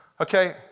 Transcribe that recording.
Okay